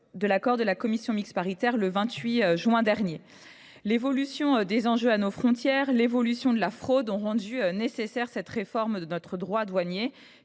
de l’accord de la commission mixte paritaire du 28 juin dernier. Le changement des enjeux à nos frontières et l’évolution de la fraude ont rendu nécessaire cette réforme de notre droit douanier,